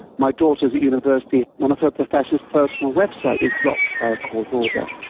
my daughter is at university, one of her professors' personal website is blocked by a court order.